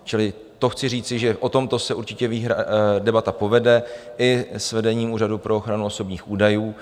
Čili to chci říci, že o tomto se určitě debata povede i s vedením Úřadu pro ochranu osobních údajů.